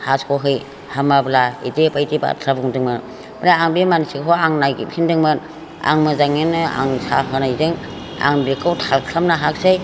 हास'है हामाब्ला बेदि बायदि बाथ्रा बुंदोंमोन ओमफ्राय आं बे मानसिखौ आं नायगिरफिनदोंमोन आं मोजाङैनो आं साहा होनायजों आं बेखौ थाल खालामनो हायासै